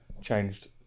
changed